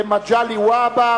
מגלי והבה,